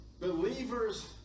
believers